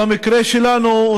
ובמקרה שלנו,